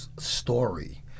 Story